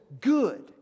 good